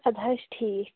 اَدٕ حظ ٹھیٖک